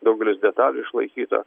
daugelis detalių išlaikyta